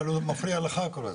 אבל הוא מפריע לך כל הזמן.